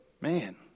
Man